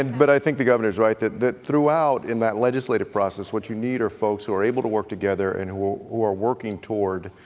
and but i think the governor is right, that that throughout in that legislative process what you need are folks who are able to work together and who who are working toward